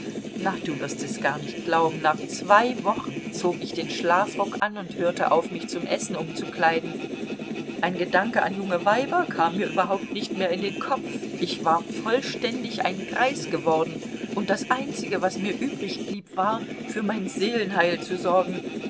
na du wirst es gar nicht glauben nach zwei wochen zog ich den schlafrock an und hörte auf mich zum essen umzukleiden ein gedanke an junge weiber kam mir überhaupt nicht mehr in den kopf ich war vollständig ein greis geworden und das einzige was mir übrigblieb war für mein seelenheil zu sorgen